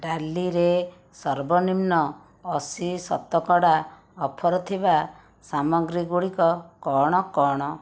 ଡାଲିରେ ସର୍ବନିମ୍ନ ଅଶୀ ଶତକଡା ଅଫର୍ ଥିବା ସାମଗ୍ରୀ ଗୁଡ଼ିକ କ'ଣ କ'ଣ